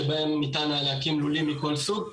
שבהם ניתן להקים לולים מכל סוג,